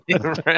right